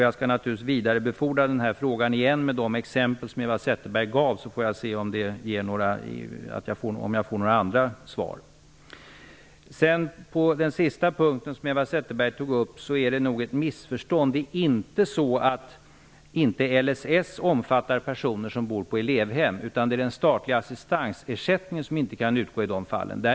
Jag skall naturligtvis vidarebefordra den här frågan igen med de exempel som Eva Zetterberg gav. Då får jag se om jag får några andra svar. På den sista punkten som Eva Zetterberg tar upp har det nog blivit ett missförstånd. Det är inte så att Det är den statliga assistansersättningen som inte kan utgå i de fallen.